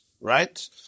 right